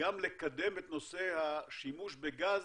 גם לקדם את נושא השימוש בגז